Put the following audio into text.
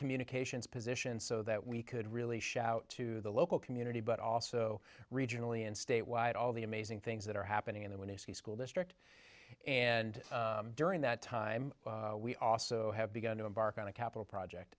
communications position so that we could really shout to the local community but also regionally and statewide all the amazing things that are happening in the windy city school district and during that time we also have begun to embark on a capital project